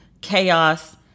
chaos